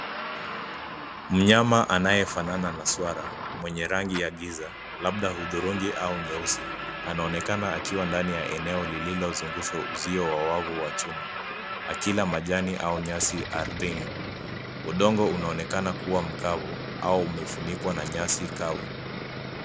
Mnyama anayefanana na swara mwenye rangi ya giza, labda hudhurungi au nyeusi anaonekana akiwa ndani ya eneo lililozungushwa uzio wa wavu wa chuma akila majani au nyasi ardhini. Udongo unaonekana kuwa mkavu au umefunikwa na nyasi kavu.